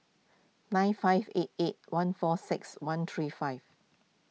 nine five eight eight one four six one three five